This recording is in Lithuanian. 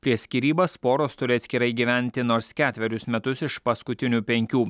prieš skyrybas poros turi atskirai gyventi nors ketverius metus iš paskutinių penkių